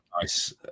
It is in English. nice